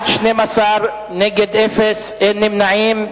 כשאתה מסביר לאט אני מבינה.